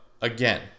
again